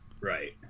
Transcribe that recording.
Right